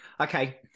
Okay